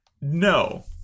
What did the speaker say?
No